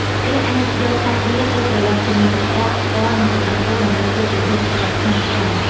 គេអាចយកសាច់វាទៅក្រឡុកជាមួយទឹកកក ស្ករ និងទឹកដោះគោដើម្បីធ្វើជាភេសជ្ជៈដ៏ឆ្ងាញ់ពិសា។